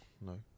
no